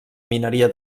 mineria